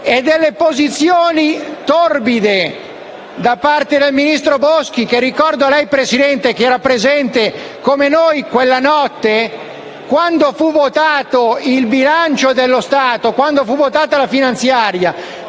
e delle posizioni torbide del ministro Boschi. Ricordo a lei, signora Presidente, che era presente come noi quella notte, che, quando fu votato il bilancio dello Stato e quando fu votata la finanziaria,